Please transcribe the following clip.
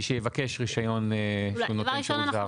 מי שיבקש רישיון של נותן שירות זר.